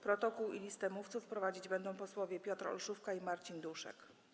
Protokół i listę mówców prowadzić będą posłowie Piotr Olszówka i Marcin Duszek.